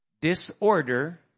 disorder